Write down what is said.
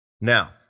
now